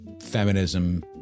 feminism